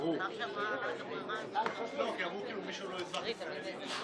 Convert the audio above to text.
ואנחנו נמשיך הלאה לחזור לאותם עניינים בנושא הזה.